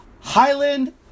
Highland